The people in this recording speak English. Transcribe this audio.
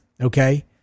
Okay